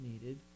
needed